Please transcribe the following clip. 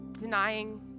Denying